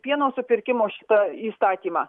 pieno supirkimo šitą įstatymą